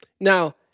Now